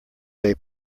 they